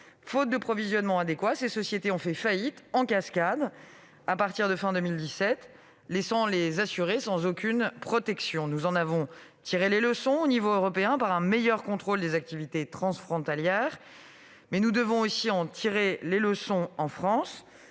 Faute de provisionnement adéquat, ces sociétés ont fait faillite en cascade à partir de la fin de l'année 2017, laissant les assurés sans aucune protection. Nous en avons tiré les leçons à l'échelon européen par un meilleur contrôle des activités transfrontalières. Mais nous devons aussi en tirer les leçons en France